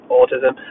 autism